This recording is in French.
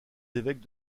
évêques